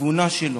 התבונה שלו,